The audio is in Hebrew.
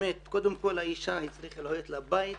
קודם כל לאישה צריך להיות בית,